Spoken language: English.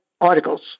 articles